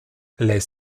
les